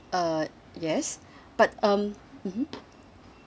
uh yes but um mmhmm